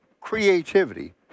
creativity